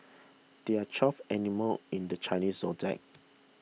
there are twelve animal in the Chinese zodiac